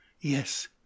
Yes